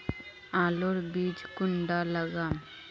आलूर बीज कुंडा लगाम?